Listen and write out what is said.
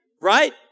right